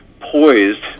poised